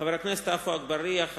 חבר הכנסת עפו אגבאריה,